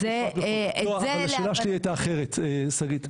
לא, אבל השאלה שלי הייתה אחרת, שגית.